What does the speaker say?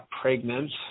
pregnant